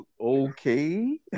Okay